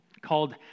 called